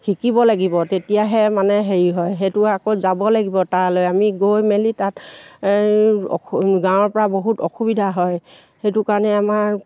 শিকিব লাগিব তেতিয়াহে মানে হেৰি হয় সেইটো আকৌ যাব লাগিব তালৈ আমি গৈ মেলি তাত গাঁৱৰ পৰা বহুত অসুবিধা হয় সেইটো কাৰণে আমাৰ